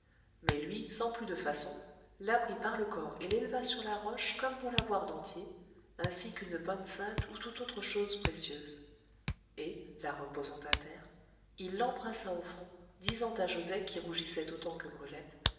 mais lui sans plus de façon la prit par le corps et l'éleva sur la roche comme pour la voir d'entier ainsi qu'une bonne sainte ou toute autre chose précieuse et la reposant à terre il l'embrassa au front disant à joset qui rougissait autant que brulette